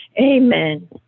Amen